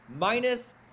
minus